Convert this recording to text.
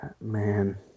man